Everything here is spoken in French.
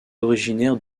originaire